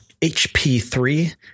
HP3